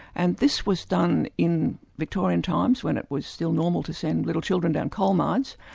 and this was done in victorian times when it was still normal to send little children down coal mines,